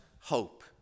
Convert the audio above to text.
hope